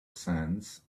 sands